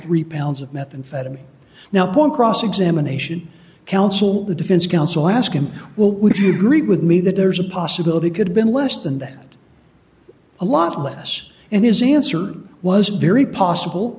raftery pounds of methamphetamine now one cross examination counsel the defense counsel ask him well would you agree with me that there's a possibility could have been less than that a lot less and his answer was very possible